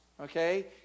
okay